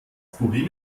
problem